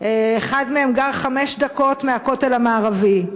אחד מהם גר במרחק חמש דקות מהכותל המערבי,